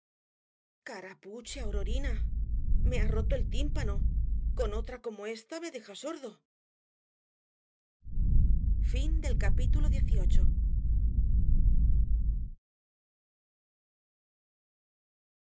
dolorido carapuche aurorina me ha roto el tímpano con otra como ésta me deja sordo